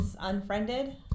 unfriended